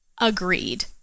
Agreed